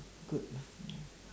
good ya